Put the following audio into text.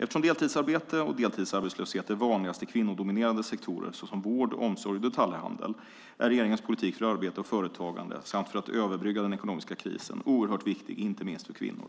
Eftersom deltidsarbete och deltidsarbetslöshet är vanligast i kvinnodominerade sektorer såsom vård, omsorg och detaljhandel, är regeringens politik för arbete och företagande samt för att överbrygga den ekonomiska krisen oerhört viktig inte minst för kvinnor.